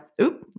oop